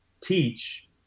teach